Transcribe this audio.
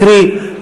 קרי,